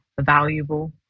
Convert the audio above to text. valuable